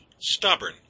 stubborn